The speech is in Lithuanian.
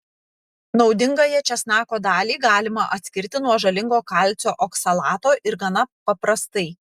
naudingąją česnako dalį galima atskirti nuo žalingo kalcio oksalato ir gana paprastai